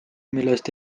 millest